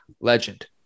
Legend